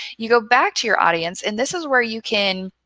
you go back to your audience. and this is where you can,